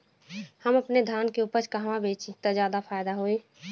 हम अपने धान के उपज कहवा बेंचि त ज्यादा फैदा होई?